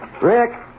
Rick